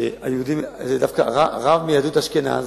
זה דווקא רב מיהודת אשכנז,